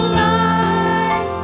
life